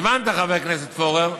חבר הכנסת פורר,